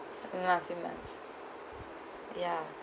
mm ah three months ya